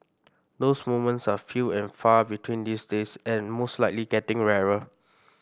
those moments are few and far between these days and most likely getting rarer